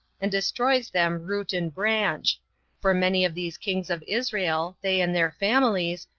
and destroys them root and branch for many of these kings of israel, they and their families,